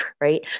Right